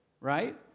Right